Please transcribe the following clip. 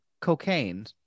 cocaine